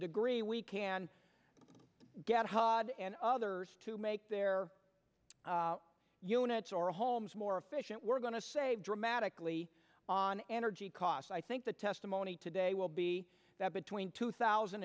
degree we can get haud and others to make their units or homes more efficient we're going to save dramatically on energy costs i think the testimony today will be that between two thousand